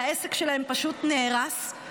והעסק שלהן פשוט נהרס,